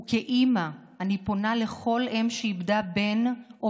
וכאימא אני פונה לכל אם שאיבדה בן או